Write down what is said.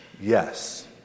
Yes